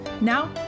Now